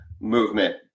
movement